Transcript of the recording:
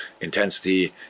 intensity